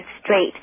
straight